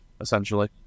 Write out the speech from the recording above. essentially